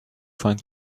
find